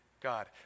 God